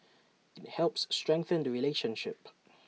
IT helps strengthen the relationship